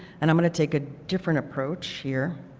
and i want to take a different approach year.